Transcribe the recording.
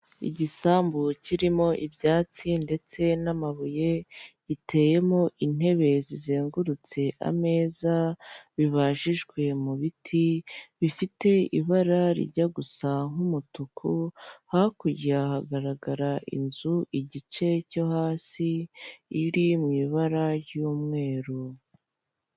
Igisambu kirimo ibyatsi ndetse n'amabuye, giteyemo intebe zizengurutse ameza bibajijwe mu biti, bifite ibara rijya gusa nk'umutuku. Hakurya hagaragara inzu igice cyo hasi, iri mw'ibara ry'umweru.